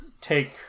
take